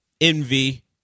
envy